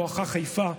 בואכה חיפה,